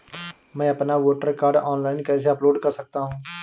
मैं अपना voter card online कैसे अपलोड कर सकता हूँ?